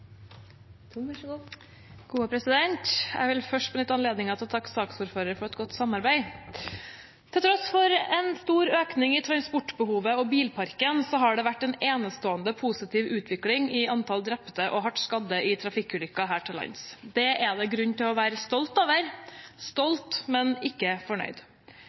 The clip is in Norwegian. Jeg vil først benytte anledningen til å takke saksordføreren for et godt samarbeid. Til tross for en stor økning i transportbehovet og i bilparken har det vært en enestående positiv utvikling i antall drepte og hardt skadde i trafikkulykker her til lands. Det er det grunn til å være stolt over – stolt, men ikke fornøyd.